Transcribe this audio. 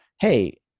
hey